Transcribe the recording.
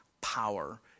power